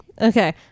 okay